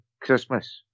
Christmas